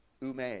Ume